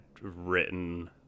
written